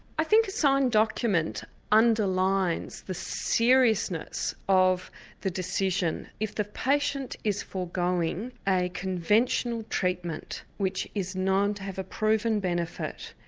i think a signed so and document underlines the seriousness of the decision. if the patient is foregoing a conventional treatment which is known to have a proven benefit,